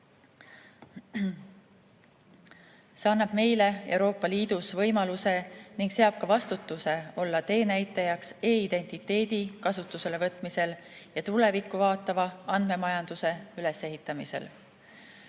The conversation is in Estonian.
See annab meile Euroopa Liidus võimaluse ning seab ka vastutuse olla teenäitajaks e‑identiteedi kasutusele võtmisel ja tulevikku vaatava andmemajanduse ülesehitamisel. On